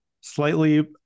slightly